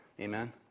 Amen